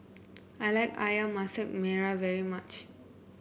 I like ayam Masak Merah very much